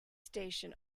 station